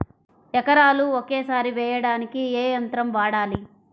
ఎకరాలు ఒకేసారి వేయడానికి ఏ యంత్రం వాడాలి?